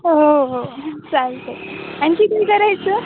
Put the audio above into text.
हो हो चालत आहे आणखी काही करायचं